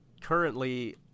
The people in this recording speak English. currently